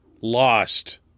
lost